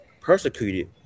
persecuted